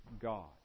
God